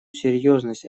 серьезность